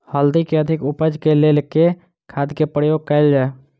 हल्दी केँ अधिक उपज केँ लेल केँ खाद केँ प्रयोग कैल जाय?